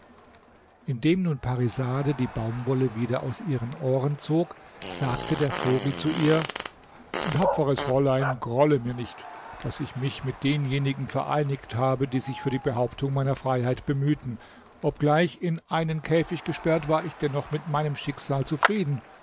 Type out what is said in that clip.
indem nun parisade die baumwolle wieder aus ihren ohren zog sagte der vogel zu ihr tapferes fräulein grolle mir nicht daß ich mich mit denjenigen vereinigt habe die sich für die behauptung meiner freiheit bemühten obgleich in einen käfig gesperrt war ich dennoch mit meinem schicksal zufrieden